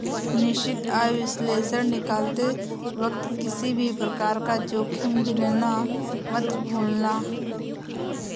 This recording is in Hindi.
निश्चित आय विश्लेषण निकालते वक्त किसी भी प्रकार का जोखिम गिनना मत भूलना